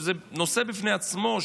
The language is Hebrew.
שזה נושא בפני עצמו.